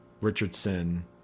Richardson